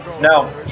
No